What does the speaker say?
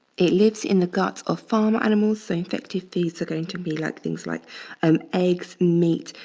it lives in the gut of farm animals, so infected foods are going to be like things like um eggs, meat,